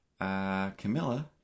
Camilla